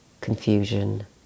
confusion